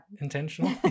Intentional